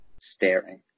staring